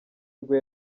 rwe